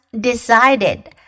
decided